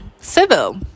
civil